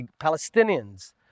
Palestinians